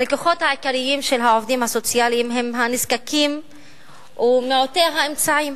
הלקוחות העיקריים של העובדים הסוציאליים הם הנזקקים ומעוטי האמצעים.